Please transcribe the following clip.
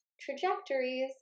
trajectories